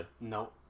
No